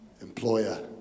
Employer